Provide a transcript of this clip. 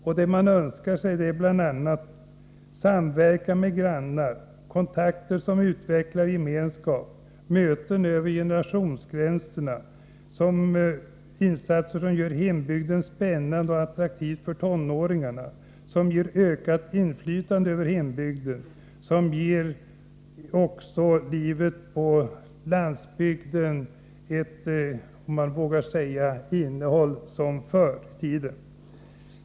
Man önskar sig bl.a. samverkan med grannarna, kontakter som utvecklar gemenskap, möten över generationsgränserna och insatser som gör hembygden spännande och attraktiv för tonåringarna, som ger ökat inflytande över hembygden och som ger livet på landsbygden ett innehåll som förr i tiden.